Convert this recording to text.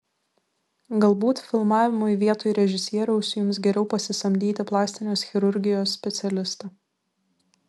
galbūt filmavimui vietoj režisieriaus jums geriau pasisamdyti plastinės chirurgijos specialistą